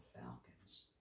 Falcons